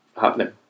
happening